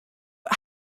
but